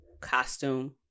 costume